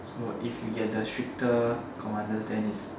so if you get the stricter commanders then is